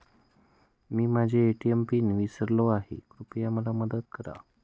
मी माझा ATM PIN विसरलो आहे, कृपया मला मदत करा